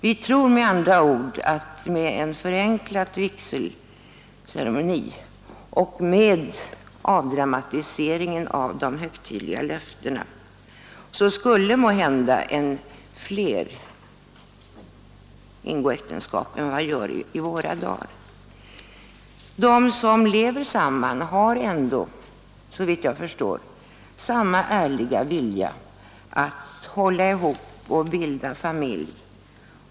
Vi tror med andra ord att med en förenklad vigselceremoni och med en avdramatisering av de högtidliga löftena skulle måhända fler ingå äktenskap än vad fallet är nu. De som lever samman har ändå, såvitt jag förstår, samma ärliga vilja att hålla ihop och bilda familj.